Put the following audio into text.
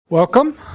Welcome